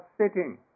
sitting